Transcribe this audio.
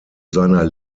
seiner